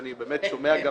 זה שאני אומר לך,